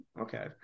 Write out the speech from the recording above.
Okay